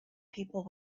people